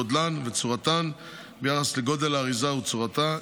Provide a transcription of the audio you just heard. גודלן וצורתן ביחס לגודל האריזה וצורתה,